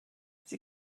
sie